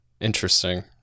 Interesting